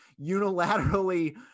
unilaterally